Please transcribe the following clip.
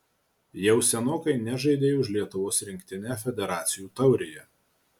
jau senokai nežaidei už lietuvos rinktinę federacijų taurėje